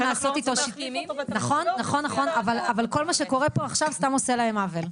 כל מה שקורה פה עכשיו סתם עושה להם עוול,